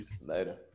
Later